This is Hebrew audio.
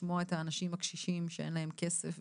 לשמוע את האנשים הקשישים שאין להם כסף,